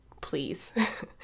please